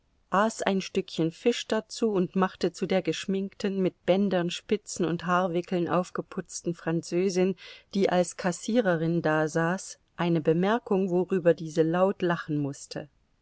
aß ein stückchen fisch dazu und machte zu der geschminkten mit bändern spitzen und haarwickeln aufgeputzten französin die als kassiererin dasaß eine bemerkung worüber diese laut lachen mußte